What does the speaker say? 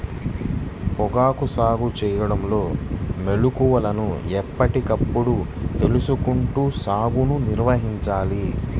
పొగాకు సాగు చేయడంలో మెళుకువలను ఎప్పటికప్పుడు తెలుసుకుంటూ సాగుని నిర్వహించాలి